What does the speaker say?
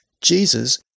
Jesus